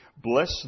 Bless